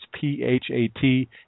P-H-A-T